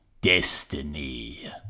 destiny